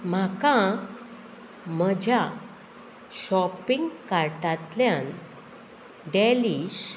म्हाका म्हज्या शॉपिंग कार्टांतल्यान डॅलीश